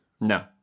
No